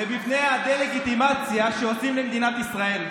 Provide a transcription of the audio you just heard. ומפני הדה-לגיטימציה שעושים למדינת ישראל.